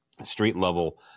street-level